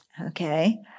Okay